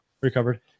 recovered